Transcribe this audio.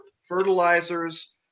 fertilizers